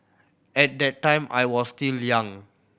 at that time I was still young